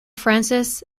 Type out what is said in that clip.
frances